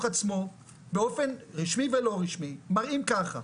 עצמו באופן רשמי ולא רשמי מראים ככה,